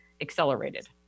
accelerated